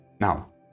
Now